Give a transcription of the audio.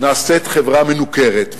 נעשית חברה מנוכרת,